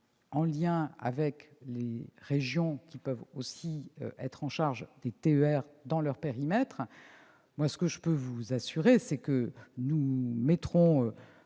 en lien avec les régions qui peuvent aussi être en charge des TER dans leur périmètre. Ce que je peux vous assurer, madame la sénatrice,